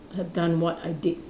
have done what I did